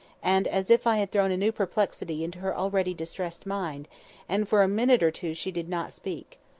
and as if i had thrown a new perplexity into her already distressed mind and for a minute or two she did not speak.